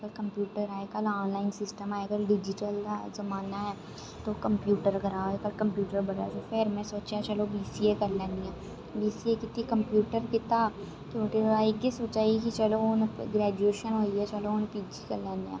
कि कम्प्यूटर अजकल online system ऐ अजकल डजीटल दा जमाना ऐ तूं कमप्यूटर कर फिर् में सोचेआ चलो बीसीए करी लैन्नी आं बीसीऐ किती कमप्यूटर किता हून में इये सोचा दी ही कि ग्रेजुएशन होई गेयी चलो हून पीजी करी लैने हा